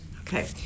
Okay